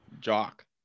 Jock